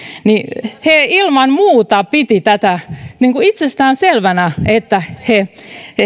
he ilman muuta pitivät tätä itsestäänselvänä että he